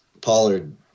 Pollard